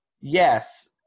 yes